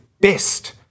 best